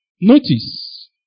Notice